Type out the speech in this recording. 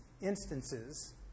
instances